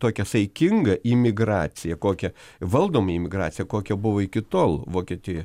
tokia saikinga imigracija kokią valdoma imigracija kokia buvo iki tol vokietijoje